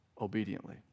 obediently